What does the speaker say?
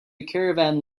caravan